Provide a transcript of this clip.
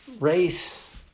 Race